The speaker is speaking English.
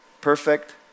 perfect